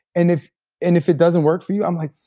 and if and if it doesn't work for you, i'm like,